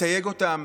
מתייג אותם